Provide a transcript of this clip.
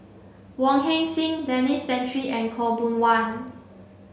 Wong Heck Sing Denis Santry and Khaw Boon Wan